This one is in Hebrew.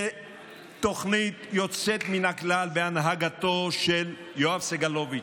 שתוכנית יוצאת מן הכלל בהנהגתו של יואב סגלוביץ'